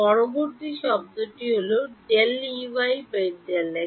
পরবর্তী শব্দটি হল ∂Ey ∂x ডান